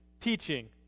teaching